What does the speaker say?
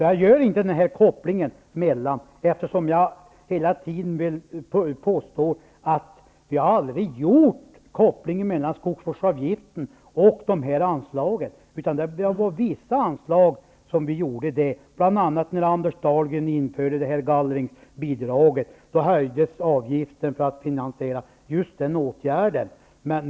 Jag gör inte den kopplingen, och jag vill påstå att vi aldrig har gjort någon koppling mellan skogsvårdsavgiften och dessa anslag. Vi gjorde en koppling i fråga om vissa anslag. T.ex. när Anders Dahlgren införde gallringsbidrag höjdes avgiften för att finansiera just den åtgärden.